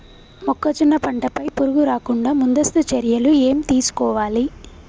మొక్కజొన్న పంట పై పురుగు రాకుండా ముందస్తు చర్యలు ఏం తీసుకోవాలి?